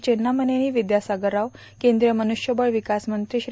चेन्जामनेनी विद्यासागर राव केंद्रीय मनुष्यबळ विकास मंत्री श्री